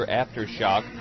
aftershock